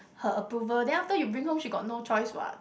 her approval then after you bring home she got no choice what